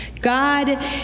God